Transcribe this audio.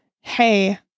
hey